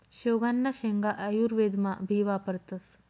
शेवगांना शेंगा आयुर्वेदमा भी वापरतस